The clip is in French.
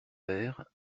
verre